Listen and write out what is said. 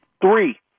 Three